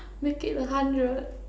make it a hundred